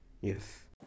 Yes